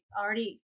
already